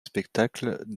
spectacles